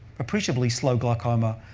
appreciably slow glaucoma,